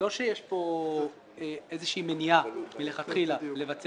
אני נמצא בכולל בלילה בבני ברק ויש